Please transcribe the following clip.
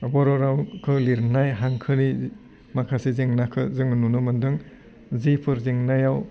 बर' रावखौ लिरनाय हांखोनि माखासे जेंनाखौ जों नुनो मोन्दों जिफोर जेंनायाव